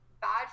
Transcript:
bad